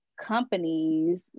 companies